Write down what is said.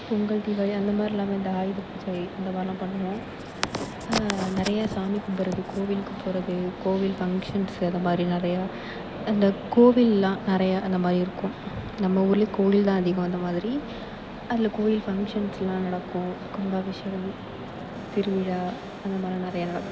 பொங்கல் தீபாளி அந்தமாதிரி இல்லாமல் இந்த ஆயுதபூஜை அந்தமாதிரியெல்லாம் பண்ணுவோம் நிறைய சாமி கும்புடுறது கோவிலுக்கு போகிறது கோவில் ஃபங்க்ஷன்ஸ்ஸு அதுமாதிரி நிறையா அந்த கோவில்லாம் நிறையா அந்தமாதிரி இருக்கும் நம்ம ஊர்லேயும் கோவில் தான் அதிகம் அந்தமாதிரி அதில் கோயில் ஃபங்க்ஷன்ஸ்லாம் நடக்கும் கும்பாபிஷேகம் திருவிழா அந்த மாதிரிலாம் நிறைய நடக்கும்